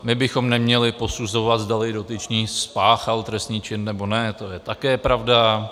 My bychom neměli posuzovat, zdali dotyčný spáchal trestný čin, nebo ne, to je také pravda.